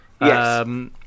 Yes